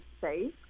safe